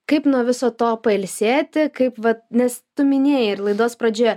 kaip nuo viso to pailsėti kaip vat nes tu minėjai ir laidos pradžioje